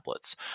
templates